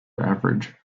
average